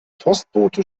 postbote